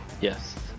Yes